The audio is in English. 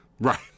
Right